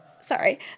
sorry